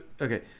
okay